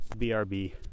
BRB